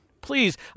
Please